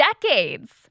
decades